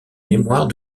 mémoire